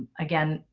again,